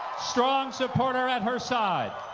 strong supporter at her side.